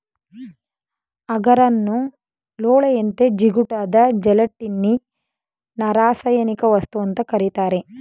ಅಗಾರನ್ನು ಲೋಳೆಯಂತೆ ಜಿಗುಟಾದ ಜೆಲಟಿನ್ನಿನರಾಸಾಯನಿಕವಸ್ತು ಅಂತ ಕರೀತಾರೆ